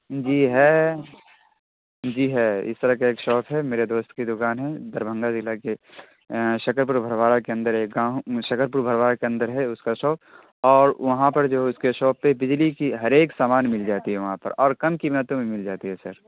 جی ہے جی ہے اس طرح کا ایک شاپ ہے میرے دوست کی دوکان ہے دربھنگہ ضلع کے شکر پور بھرواڑہ کے اندر ایک گاؤں شکر پور بھرواڑہ کے اندر ہے اس کا شاپ اور وہاں پر جو اس کے شاپ پہ بجلی کی ہر ایک سامان مل جاتی ہے وہاں پر اور کم قیمت پہ بھی مل جاتی ہے سر